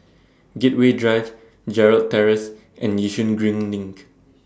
Gateway Drive Gerald Terrace and Yishun Green LINK